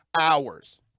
hours